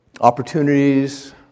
opportunities